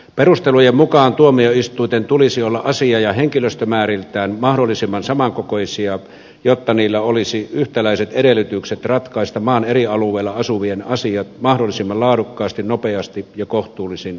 perustelujen mukaan tuomioistuinten tulisi olla asia ja henkilöstömääriltään mahdollisimman samankokoisia jotta niillä olisi yhtäläiset edellytykset ratkaista maan eri alueilla asuvien asiat mahdollisimman laadukkaasti nopeasti ja kohtuullisin kustannuksin